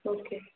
okay